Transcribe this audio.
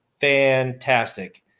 fantastic